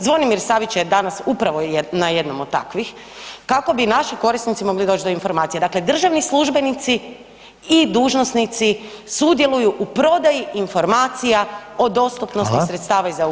Zvonimir Savić je danas upravo na jednom od takvih, kako bi naši korisnici mogli doć do informacija, dakle državni službenici i dužnosnici sudjeluju u prodaju informacija o dostupnosti sredstava iz EU fondova.